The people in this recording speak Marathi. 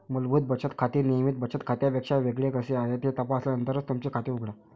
मूलभूत बचत खाते नियमित बचत खात्यापेक्षा वेगळे कसे आहे हे तपासल्यानंतरच तुमचे खाते उघडा